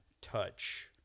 touch